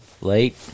late